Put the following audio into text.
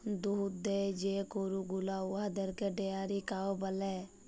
দুহুদ দেয় যে গরু গুলা উয়াদেরকে ডেয়ারি কাউ ব্যলে